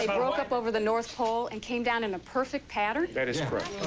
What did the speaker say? broke up over the north pole and came down in a perfect pattern? that is correct.